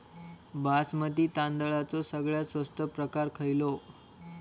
बासमती तांदळाचो सगळ्यात स्वस्त प्रकार खयलो?